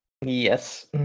Yes